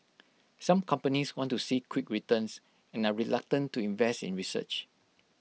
some companies want to see quick returns and are reluctant to invest in research